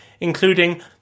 including